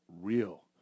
Real